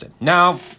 Now